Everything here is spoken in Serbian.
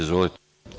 Izvolite.